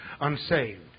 unsaved